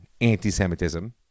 anti-Semitism